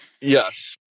Yes